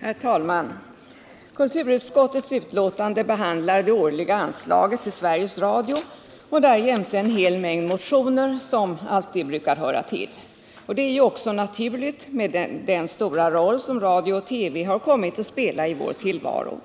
Herr talman! Kulturutskottets betänkande behandlar det årliga anslaget till Sveriges Radio och därjämte en hel mängd motioner som alltid brukar höra till. Det är ju också naturligt med tanke på den stora roll som Radio och TV har kommit att spela i vår tillvaro.